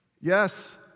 Yes